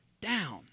down